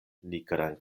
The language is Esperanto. nigran